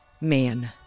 Man